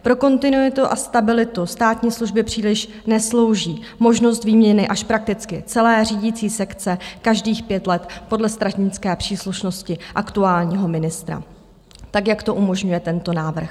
Pro kontinuitu a stabilitu státní služby příliš neslouží možnost výměny až prakticky celé řídicí sekce každých pět let podle stranické příslušnosti aktuálního ministra, tak jak to umožňuje tento návrh.